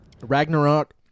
Ragnarok